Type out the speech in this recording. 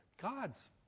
God's